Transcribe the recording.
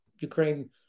Ukraine